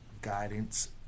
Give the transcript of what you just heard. guidance